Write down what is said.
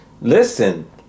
listen